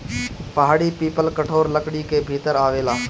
पहाड़ी पीपल कठोर लकड़ी के भीतर आवेला